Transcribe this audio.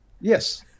Yes